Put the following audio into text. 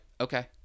okay